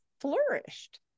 flourished